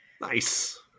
Nice